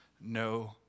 no